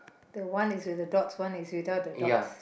the one is with the dots one is without the dots